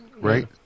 Right